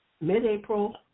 mid-April